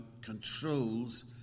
controls